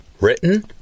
Written